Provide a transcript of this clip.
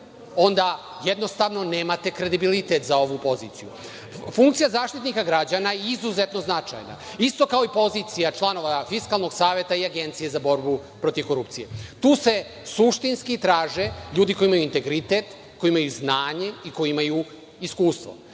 onda nemate kredibilitet za ovu poziciju. Funkcija Zaštitnika građana izuzetno je značajna, isto kao i pozicija članova Fiskalnog saveta i Agenciju za borbu protiv korupcije. Tu se suštinski traže ljudi koji imaju integritet, koji imaju znanje i koji imaju iskustvo.